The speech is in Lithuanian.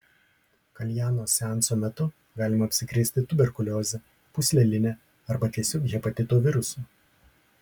kaljano seanso metu galima apsikrėsti tuberkulioze pūsleline arba tiesiog hepatito virusu